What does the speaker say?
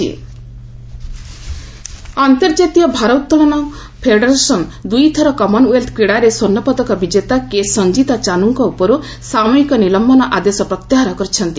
Sanjita ban ଅନ୍ତର୍ଜାତୀୟ ଭାରୋତ୍ତାଳନ federation ଦୁଇଥର କମନୱେଲ୍ଥ କ୍ରୀଡ଼ାରେ ସ୍ପର୍ଶ୍ଣପଦକ ବିଜେତା କେ ସଞ୍ଜିତା ଚାନୁଙ୍କ ଉପର୍ ସାମୟିକ ନିଲମ୍ବନ ଆଦେଶ ପ୍ରତ୍ୟାହାର କରିଛନ୍ତି